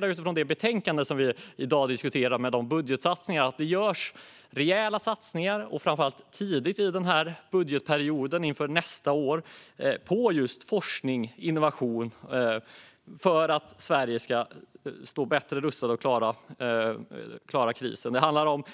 Men utifrån det betänkande och de budgetsatsningar som vi i dag diskuterar kan jag konstatera att det nästa år, framför allt tidigt i budgetperioden, görs rejäla satsningar på just forskning och innovation för att Sverige ska stå bättre rustat och klara krisen. Det handlar till exempel om